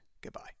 Goodbye